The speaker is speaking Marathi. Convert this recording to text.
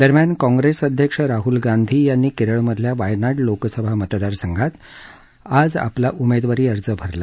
दरम्यान काँग्रेसअध्यक्ष राहल गांधी यांनी केरळमधल्या वायनाड लोकसभा मतदारसंघात आज आपला उमेदवारी अर्ज भरला